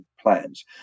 plans